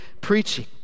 preaching